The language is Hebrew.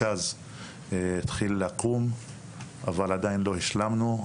המרכז התחיל לקום אבל עדיין לא השלמנו.